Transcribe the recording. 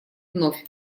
вновь